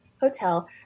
hotel